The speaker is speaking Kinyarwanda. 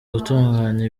gutunganya